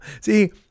See